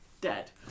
dead